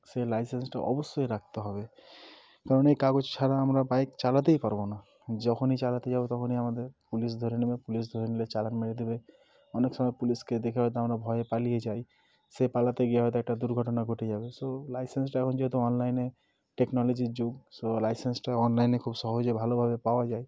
সেই লাইসেন্সটা অবশ্যই রাখতে হবে কারণ এই কাগজ ছাড়া আমরা বাইক চালাতেই পারব না যখনই চালাতে যাব তখনই আমাদের পুলিশ ধরে নেবে পুলিশ ধরে নিলে চালান মেরে দেবে অনেক সময় পুলিশকে দেখে হয়তো আমরা ভয়ে পালিয়ে যাই সে পালাতে গিয়ে হয়তো একটা দুর্ঘটনা ঘটে যাবে সো লাইসেন্সটা এখন যেহেতু অনলাইনে টেকনোলজির যুগ সো লাইসেন্সটা অনলাইনে খুব সহজে ভালোভাবে পাওয়া যায়